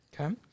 okay